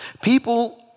People